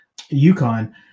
UConn